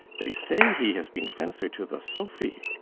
they say he has been fencer to the sophy.